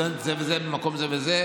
סטודנט זה וזה במקום זה וזה,